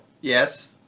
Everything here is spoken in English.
Yes